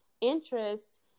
interest